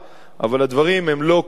אבל הדברים הם לא כל כך